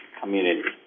community